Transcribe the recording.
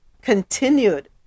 continued